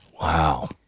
Wow